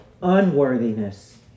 unworthiness